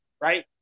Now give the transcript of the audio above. right